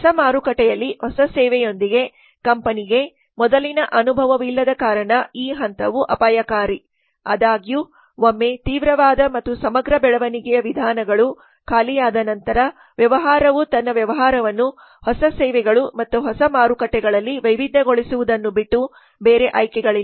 ಹೊಸ ಮಾರುಕಟ್ಟೆಯಲ್ಲಿ ಹೊಸ ಸೇವೆಯೊಂದಿಗೆ ಕಂಪನಿಗೆ ಮೊದಲಿನ ಅನುಭವವಿಲ್ಲದ ಕಾರಣ ಈ ಹಂತವು ಅಪಾಯಕಾರಿ ಆದಾಗ್ಯೂ ಒಮ್ಮೆ ತೀವ್ರವಾದ ಮತ್ತು ಸಮಗ್ರ ಬೆಳವಣಿಗೆಯ ವಿಧಾನಗಳು ಖಾಲಿಯಾದ ನಂತರ ವ್ಯವಹಾರವು ತನ್ನ ವ್ಯವಹಾರವನ್ನು ಹೊಸ ಸೇವೆಗಳು ಮತ್ತು ಹೊಸ ಮಾರುಕಟ್ಟೆಗಳಲ್ಲಿ ವೈವಿಧ್ಯಗೊಳಿಸುವುದನ್ನು ಬಿಟ್ಟು ಬೇರೆ ಆಯ್ಕೆಗಳಿಲ್ಲ